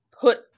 put